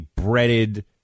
breaded